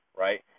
Right